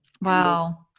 Wow